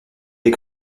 des